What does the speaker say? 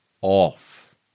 off